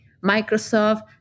Microsoft